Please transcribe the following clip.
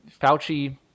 Fauci